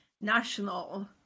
national